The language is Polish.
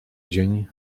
dzień